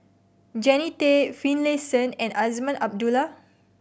Jannie Tay Finlayson and Azman Abdullah